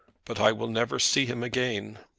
but i will never see him again.